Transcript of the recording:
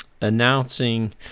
announcing